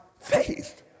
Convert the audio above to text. Faith